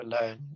alone